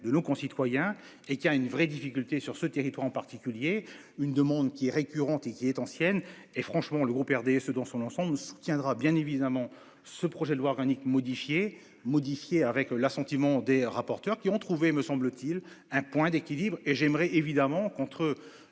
de nos concitoyens et qui a une vraie difficulté sur ce territoire, en particulier une demande qui est récurrente et qui est ancienne et franchement le groupe RDSE dans son ensemble se tiendra bien évidemment, ce projet de loi organique modifier modifier avec l'assentiment des rapporteurs qui ont trouvé, me semble-t-il un point d'équilibre et j'aimerais évidemment contre la